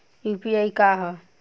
UPI का ह?